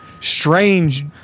strange